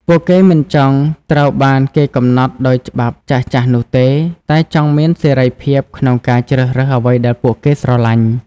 ពួកគេមិនចង់ត្រូវបានគេកំណត់ដោយច្បាប់ចាស់ៗនោះទេ តែចង់មានសេរីភាពក្នុងការជ្រើសរើសអ្វីដែលពួកគេស្រលាញ់។